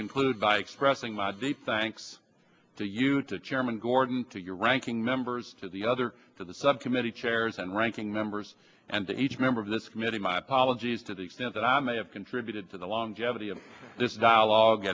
conclude by expressing my deep thanks to you to chairman gordon to your ranking members to the other to the subcommittee heirs and ranking members and to each member of this committee my apologies to the extent that i may have contributed to the longevity of this dialog